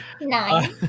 Nine